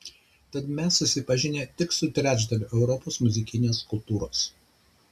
tad mes susipažinę tik su trečdaliu europos muzikinės kultūros